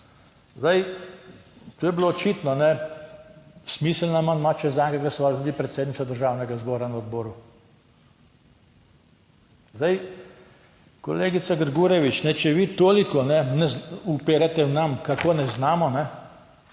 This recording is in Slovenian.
Zdaj, to je bilo očitno smiseln amandma, če je zanj glasovala tudi predsednica Državnega zbora na odboru. Zdaj, kolegica Grgurevič, če vi toliko uperjate k nam, kako ne znamo